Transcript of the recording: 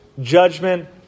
judgment